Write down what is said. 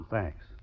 Thanks